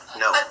no